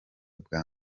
bwa